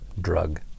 drug